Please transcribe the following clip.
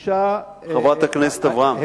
חברת הכנסת אברהם,